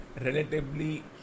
relatively